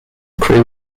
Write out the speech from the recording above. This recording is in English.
crew